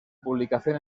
publicación